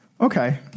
Okay